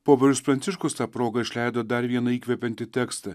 popiežius pranciškus ta proga išleido dar vieną įkvepiantį tekstą